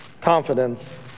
confidence